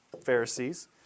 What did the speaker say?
Pharisees